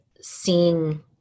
seeing